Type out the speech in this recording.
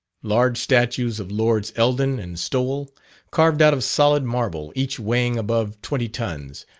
large statues of lords eldon and stowell carved out of solid marble, each weighing above twenty tons,